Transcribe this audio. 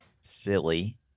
silly